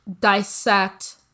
dissect